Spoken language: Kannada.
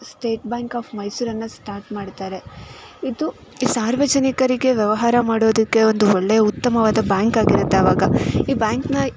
ಸ್ಟೇಟ್ ಬ್ಯಾಂಕ್ ಆಫ್ ಮೈಸೂರನ್ನು ಸ್ಟಾರ್ಟ್ ಮಾಡ್ತಾರೆ ಇದು ಈ ಸಾರ್ವಜನಿಕರಿಗೆ ವ್ಯವಹಾರ ಮಾಡೋದಕ್ಕೆ ಒಂದು ಒಳ್ಳೆಯ ಉತ್ತಮವಾದ ಬ್ಯಾಂಕ್ ಆಗಿರುತ್ತೆ ಆವಾಗ ಈ ಬ್ಯಾಂಕ್ನ